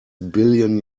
billion